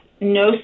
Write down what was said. no